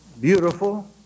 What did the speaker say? beautiful